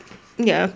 ya